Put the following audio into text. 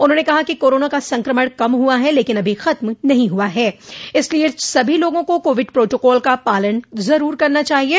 उन्होंने कहा कि कोरोना का संक्रमण कम हुआ है लेकिन अभी खत्म नहीं हुआ है इसलिये सभी लोगों को कोविड प्रोटोकाल का पालन जरूर करना चाहिये